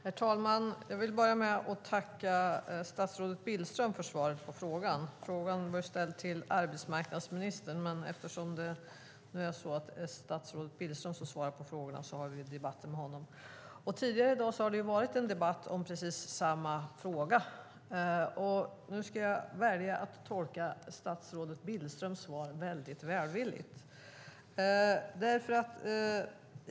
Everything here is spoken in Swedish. Herr talman! Jag vill börja med att tacka statsrådet Billström för svaret. Interpellationen var ställd till arbetsmarknadsministern, men eftersom det nu är statsrådet Billström som svarar är det honom vi har debatten med. Tidigare i dag har det varit en debatt om precis samma fråga. Nu ska jag välja att tolka statsrådet Billströms svar välvilligt.